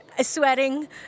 sweating